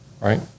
right